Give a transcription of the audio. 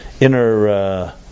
inner